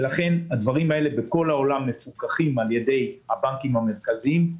ולכן הדברים האלה בכל העולם מפוקחים על ידי הבנקים המרכזיים.